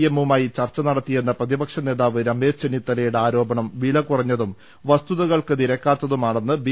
എമ്മുമായി ചർച്ച നടത്തിയെന്ന പ്രതിപക്ഷ നേതാവ് രമേശ് ചെന്നിത്തല യുടെ ആരോപണം വിലകുറഞ്ഞതും പ്രസ്തുതകൾക്ക് നിരക്കാത്തതുമാ ണെന്ന് ബി